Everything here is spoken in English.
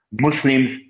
Muslims